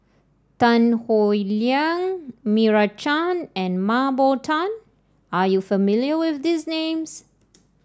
Tan Howe Liang Meira Chand and Mah Bow Tan are you familiar with these names